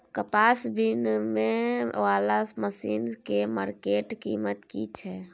कपास बीनने वाला मसीन के मार्केट कीमत की छै?